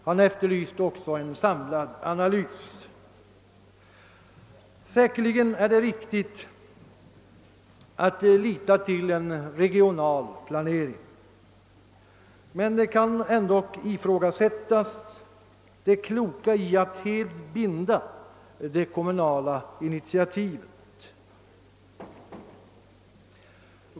Han efterlyste också en samlad analys. Det är säkerligen riktigt att lita till en regional planering, men det kloka i att helt klavbinda det kommunala initiativet kan ändå ifrågasättas.